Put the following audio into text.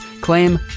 claim